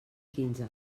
quinze